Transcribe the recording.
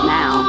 now